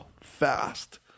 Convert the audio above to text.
fast